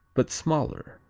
but smaller.